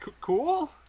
cool